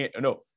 no